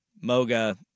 Moga